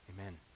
amen